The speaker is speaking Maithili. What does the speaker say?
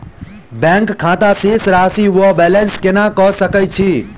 बैंक खाता शेष राशि वा बैलेंस केना कऽ सकय छी?